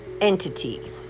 entity